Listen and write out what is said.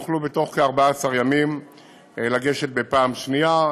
יוכלו בתוך כ-14 ימים לגשת בפעם השנייה,